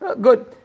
Good